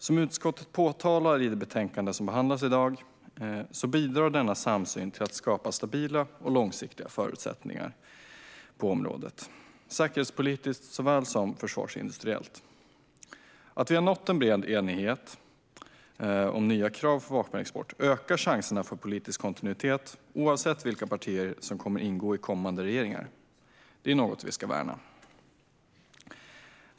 Som utskottet påpekar i det betänkande som behandlas i dag bidrar denna samsyn till att skapa stabila och långsiktiga förutsättningar på området, säkerhetspolitiskt såväl som försvarsindustriellt. Att vi har nått en bred enighet om nya krav för vapenexport ökar chanserna för politisk kontinuitet, oavsett vilka partier som kommer att ingå i kommande regeringar. Detta är något som vi ska värna.